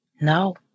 No